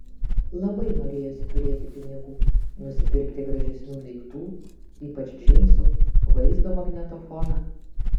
labai norėjosi turėti pinigų nusipirkti gražesnių daiktų ypač džinsų vaizdo magnetofoną